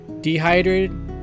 dehydrated